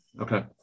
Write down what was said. Okay